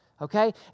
okay